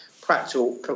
practical